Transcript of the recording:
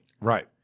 Right